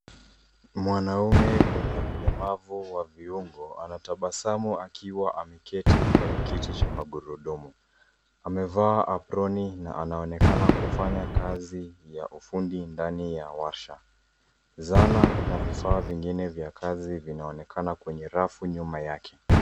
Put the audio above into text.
Mwanamume mwenye ulemavu wa viungo anatabasamu akiwa ameketi kwenye kiti cha magurudumu. Amevaa aproni na anaonekana kufanya kazi ya ufundi ndani ya warsha. Zana na vifaa vingine vya kazi vinaonekana kwenye rafu nyuma yake.